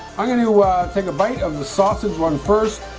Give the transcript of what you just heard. i'm going to take a bite of the sausage one first